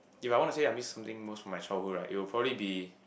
if I want to say I miss something most of my childhood right it will probably be